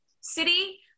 city